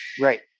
right